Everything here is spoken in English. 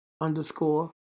underscore